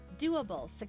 doable